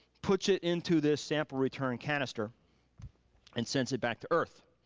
puts it into this sample return canister and sends it back to earth.